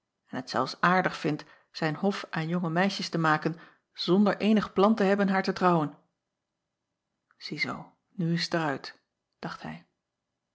en het zelfs aardig vindt zijn hof aan jonge meisjes te maken zonder eenig plan te hebben haar te trouwen iezoo nu is t er uit dacht hij